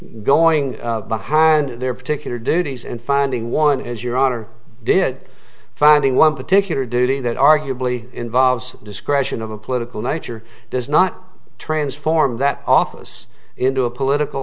going behind their particular duties and finding one as your author did finding one particular duty that arguably involves discretion of a political nature does not transform that office into a political